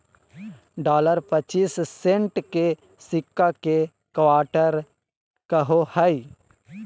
dollar पच्चीस cent के सिक्का के क्वार्टर कहो हइ